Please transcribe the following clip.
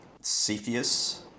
cepheus